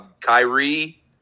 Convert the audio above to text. Kyrie